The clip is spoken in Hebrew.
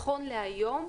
נכון להיום,